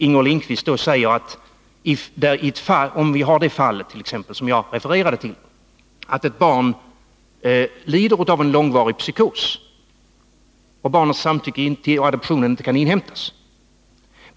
Jag refererade till ett fall där ett barn lider av en långvarig psykos och barnets samtycke till adoption inte kan inhämtas.